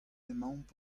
emaomp